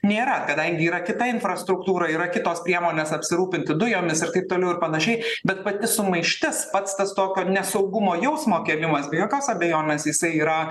nėra kadangi yra kita infrastruktūra yra kitos priemonės apsirūpinti dujomis ir taip toliau ir panašiai bet pati sumaištis pats tas tokio nesaugumo jausmo kėlimas be jokios abejonės jisai yra